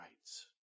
rights